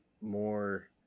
more